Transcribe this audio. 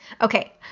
Okay